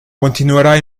continuará